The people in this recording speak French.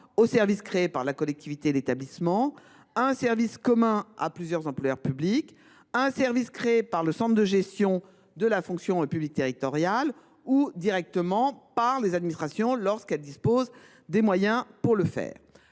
au service créé par la collectivité ou l’établissement, à un service commun à plusieurs employeurs publics ou au service créé par le centre de gestion de la fonction publique territoriale ; il peut encore relever directement des administrations lorsque celles ci disposent des moyens nécessaires.